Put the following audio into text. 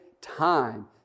time